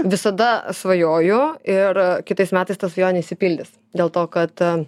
visada svajoju ir kitais metais ta svajonė išsipildys dėl to kad